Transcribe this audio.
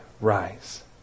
rise